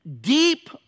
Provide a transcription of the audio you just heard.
deep